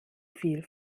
viel